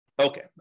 Okay